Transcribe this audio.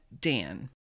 Dan